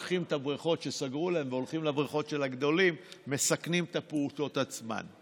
מהבריכות שסגרו להם הולכים לבריכות של הגדולים ומסכנים את הפעוטות עצמם.